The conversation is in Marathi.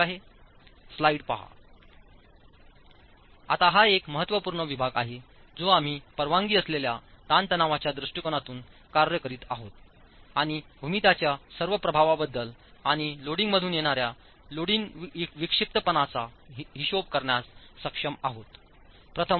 ठीक आहे आता हा एक महत्त्वपूर्ण विभाग आहे जो आम्ही परवानगी असलेल्या ताणतणावाच्या दृष्टिकोनातून कार्य करीत आहोत आणि भूमितीच्या सर्व प्रभावांबद्दल आणि लोडिंगमधून येणार्या लोडिंग विक्षिप्तपणाचा हिशेब करण्यास सक्षम आहोत